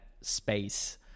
space